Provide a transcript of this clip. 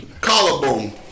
collarbone